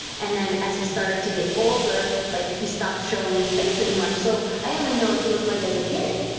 and then as he started to get older, like he stopped showing his face as much, so i only know what he looked like as a kid.